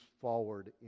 forward